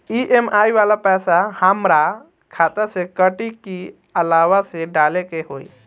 EMI वाला पैसा हाम्रा खाता से कटी की अलावा से डाले के होई?